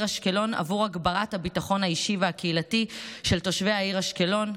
אשקלון עבור הגברת הביטחון האישי והקהילתי של תושבי העיר אשקלון,